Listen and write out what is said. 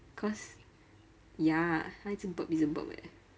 cause ya 他一直 burp 一直 burp leh